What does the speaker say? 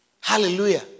Hallelujah